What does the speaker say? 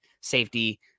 safety